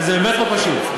וזה באמת לא פשוט,